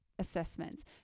assessments